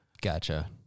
Gotcha